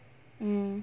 mm